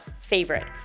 favorite